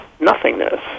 nothingness